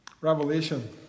Revelation